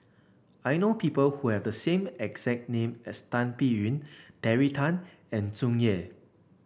I know people who have the same exact name as Tan Biyun Terry Tan and Tsung Yeh